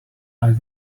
are